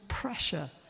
pressure